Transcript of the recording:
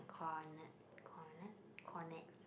cornet cornet cornet